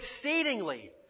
exceedingly